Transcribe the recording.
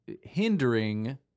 hindering